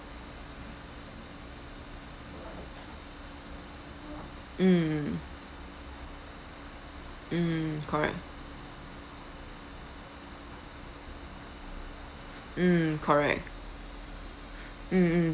mm mm correct mm correct mm mm